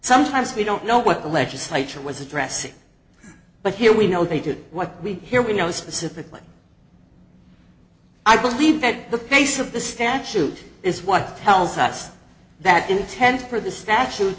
sometimes we don't know what the legislature was addressing but here we know they did what we hear we know specifically i believe that the pace of the statute is what tells us that intent for the statute